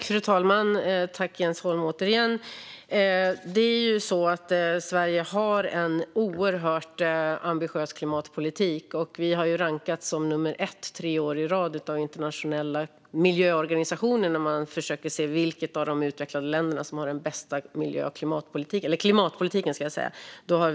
Fru talman! Det är ju så att Sverige har en oerhört ambitiös klimatpolitik. Vi har tre år i rad rankats som nummer ett av internationella miljöorganisationer när de har försökt att se vilket av de utvecklade länderna som har den bästa klimatpolitiken.